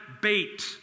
bait